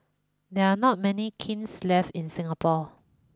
there are not many kilns left in Singapore